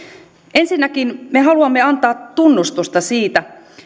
ensinnäkin me haluamme antaa tunnustusta siitä